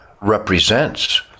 represents